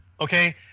Okay